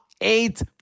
eight